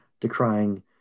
decrying